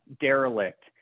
derelict